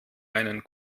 einen